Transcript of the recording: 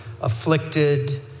afflicted